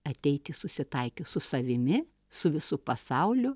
ateiti susitaikius su savimi su visu pasauliu